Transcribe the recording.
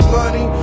money